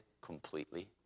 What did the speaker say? completely